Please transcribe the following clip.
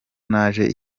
naje